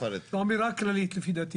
זו אמירה כללית לפי דעתי.